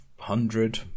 hundred